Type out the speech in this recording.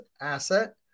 asset